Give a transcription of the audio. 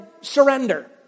Surrender